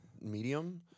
medium